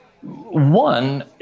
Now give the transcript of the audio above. one